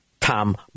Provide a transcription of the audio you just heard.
Tom